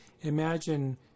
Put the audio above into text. imagine